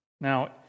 Now